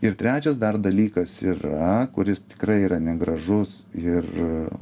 ir trečias dar dalykas yra kuris tikrai yra negražus ir